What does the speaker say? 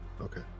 Okay